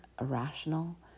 irrational